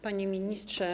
Panie Ministrze!